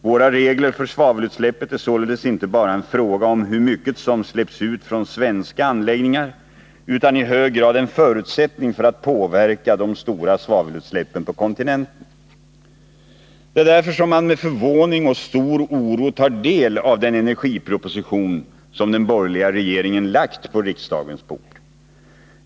Våra regler för svavelutsläppet är således inte bara en fråga om hur mycket som släpps ut från svenska anläggningar, utan i hög grad en förutsättning för att påverka de stora svavelutsläppen på kontinenten. Det är därför som man med förvåning och stor oro tar del av den energiproposition som den borgerliga regeringen lagt på riksdagens bord.